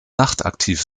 nachtaktiv